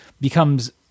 becomes